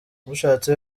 ushatse